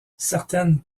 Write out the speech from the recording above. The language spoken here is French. certaines